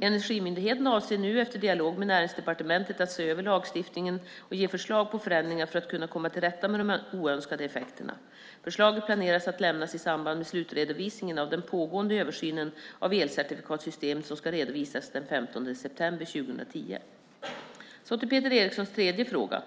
Energimyndigheten avser nu, efter en dialog med Näringsdepartementet, att se över lagstiftningen och ge förslag på förändringar för att kunna komma till rätta med de oönskade effekterna. Förslaget planeras att lämnas i samband med slutredovisningen av den pågående översynen av elcertifikatssystemet som ska redovisas den 15 september 2010. Så till Peter Erikssons tredje fråga.